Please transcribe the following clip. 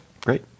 Great